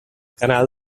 canal